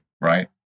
right